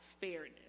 fairness